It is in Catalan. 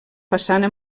façana